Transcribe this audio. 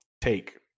Take